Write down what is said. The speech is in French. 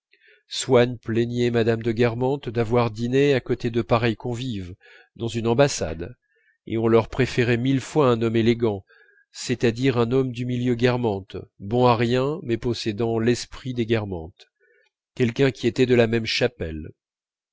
swann plaignait mme de guermantes d'avoir dîné à côté de pareils convives dans une ambassade et on leur préférait mille fois un homme élégant c'est-à-dire un homme du milieu guermantes bon à rien mais possédant l'esprit des guermantes quelqu'un qui était de la même chapelle